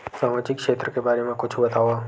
सामजिक क्षेत्र के बारे मा कुछु बतावव?